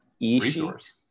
Resource